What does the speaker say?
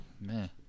Man